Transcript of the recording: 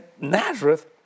Nazareth